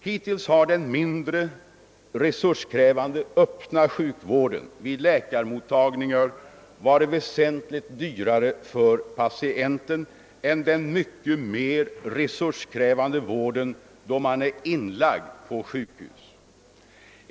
Hittills har den mindre resurskrävande öppna sjukvården vid läkarmottagningar varit väsentligt dyrare för patienten än den mycket mer resurskrävande vården då man är inlagd på sjukhus.